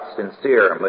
sincere